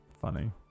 funny